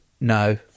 No